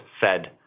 fed